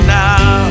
now